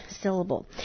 syllable